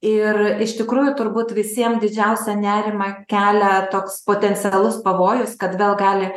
ir iš tikrųjų turbūt visiem didžiausią nerimą kelia toks potencialus pavojus kad vėl gali